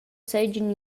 seigien